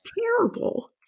terrible